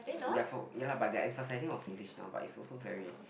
they are from ya lah but they are emphasizing on Singlish now but is also very